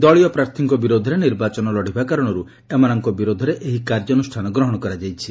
ଦଳୀୟ ପ୍ରାର୍ଥୀଙ୍କ ବିରୋଧରେ ନିର୍ବାଚନ ଲଢ଼ିବା କାରଣରୁ ଏମାନଙ୍କ ବିରୋଧରେ ଏହି କାର୍ଯ୍ୟାନୁଷ୍ଠାନ ଗ୍ରହଣ କରାଯାଇଛି